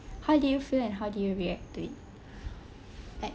how did you feel and how did you react to it